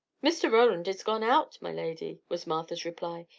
mr. roland is gone out, my lady, was martha's reply.